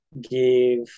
give